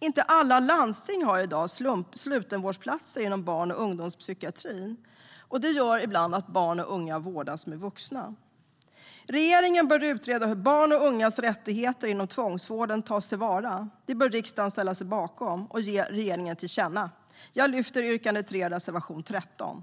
Inte alla landsting har i dag slutenvårdsplatser inom barn och ungdomspsykiatrin, och det gör att barn och unga ibland vårdas med vuxna. Regeringen bör utreda hur barns och ungas rättigheter inom tvångsvården tas till vara. Detta bör riksdagen ställa sig bakom och ge regeringen till känna. Jag yrkar bifall till reservation 13.